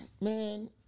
man